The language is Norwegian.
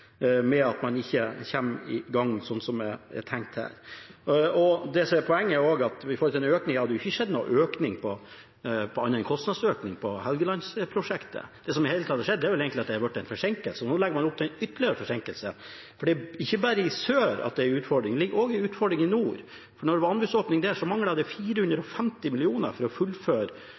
at man ikke kommer i gang slik det er tenkt her. Poenget er også at det ikke har skjedd noen annen økning enn en kostnadsøkning på Helgelands-prosjektet. Det som i det hele tatt har skjedd, er at det har blitt en forsinkelse, og nå legger man opp til en ytterligere forsinkelse. For det er ikke bare i sør det er en utfordring, det ligger også en utfordring i nord. Da det var anbudsåpning der, manglet det 450 mill. kr for å fullføre